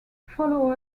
follow